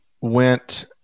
went